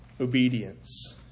obedience